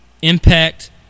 Impact